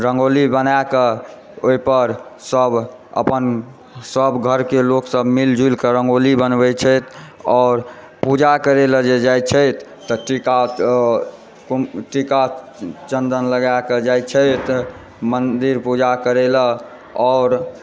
रंगोली बनाके ओहिपर सभ अपन सभ घरके लोगसभ मिल जुलके रंगोली बनबय छथि आओर पूजा करय लऽ जे जाइ छथि तऽ टीका तऽ टीका चन्दन लगाकऽ जाइ छथि मन्दिर पुजा करय लऽ आओर